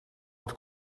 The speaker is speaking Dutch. het